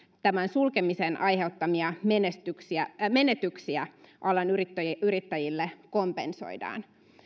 tämän sulkemisen aiheuttamia menetyksiä menetyksiä alan yrittäjille kompensoidaan